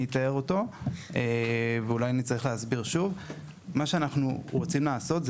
אני אתאר את הפתרון: מה שאנחנו רוצים לעשות,